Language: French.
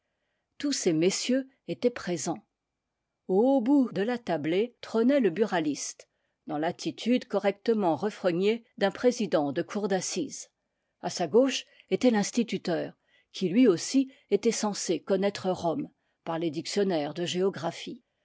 tous ces mes sieurs étaient présents au haut bout de la tablée trônait le buraliste dans l'attitude correctement refrognée d'un président de cour d'assises a sa gauche était l'instituteur qui lui aussi était censé connaître rome par les diction naires de géographie